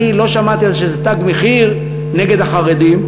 אני לא שמעתי על זה שזה "תג מחיר" נגד החרדים,